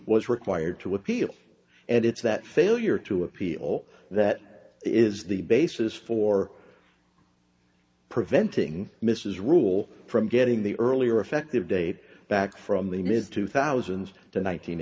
was required to appeal and it's that failure to appeal that is the basis for preventing mrs rule from getting the earlier effective date back from when is two thousand nine